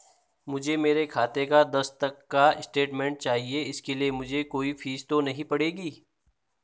मुझे मेरे खाते का दस तक का स्टेटमेंट चाहिए इसके लिए मुझे कोई फीस तो नहीं पड़ेगी?